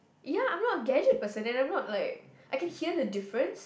ya I'm not a gadget person and I'm not like I can hear the difference